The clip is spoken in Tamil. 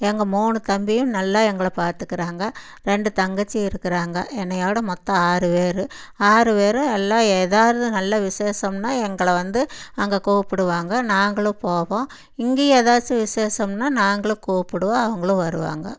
எங்கள் மூணு தம்பியும் நல்லா எங்களை பார்த்துக்குறாங்க ரெண்டு தங்கச்சி இருக்கிறாங்க என்னையோடு மொத்தம் ஆறு பேர் ஆறு பேரும் நல்லா ஏதாவது நல்ல விசேஷம்னால் எங்களை வந்து அங்கே கூப்பிடுவாங்க நாங்களும் போவோம் இங்கேயும் ஏதாச்சும் விசேஷம்னால் நாங்களும் கூப்பிடுவோம் அவங்களும் வருவாங்க